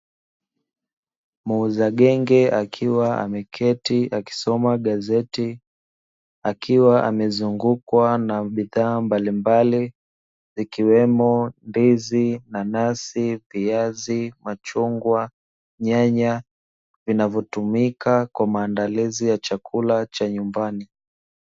Muuza genge akiwa ameketi akisoma gazeti, akiwa amezungukwa na bidhaa mbalimbali ikiwemo: ndizi, nanasi, viazi, machungwa, nyanya vinavotumika kwa maandalizi ya chakula cha nyumbani.